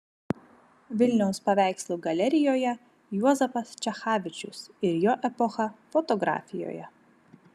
vilniaus paveikslų galerijoje juozapas čechavičius ir jo epocha fotografijoje